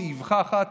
באבחה אחת,